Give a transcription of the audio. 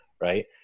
right